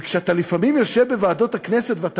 ולפעמים כשאתה יושב בוועדות הכנסת ואתה